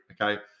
okay